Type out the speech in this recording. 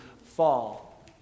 fall